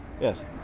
Yes